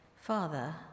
Father